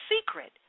secret